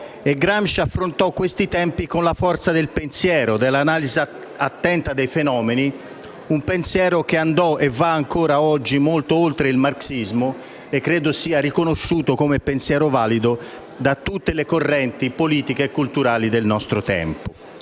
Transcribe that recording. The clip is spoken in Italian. Gramsci affrontò questi tempi con la forza del pensiero e con un'attenta analisi dei fenomeni. Il suo pensiero andò e va ancora oggi molto oltre il marxismo e credo sia riconosciuto come pensiero valido da tutte le correnti politiche e culturali del nostro tempo.